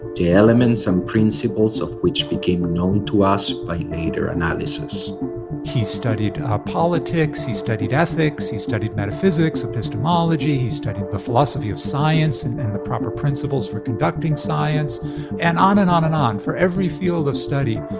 the elements and principles of which became known to us by aid or analysis he studied ah politics. he studied ethics. he studied metaphysics, epistemology. he studied the philosophy of science and and the proper principles for conducting science and on and on and on. for every field of study,